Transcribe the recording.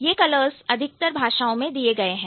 ये कलर्स अधिकतर भाषाओं में दिए गए हैं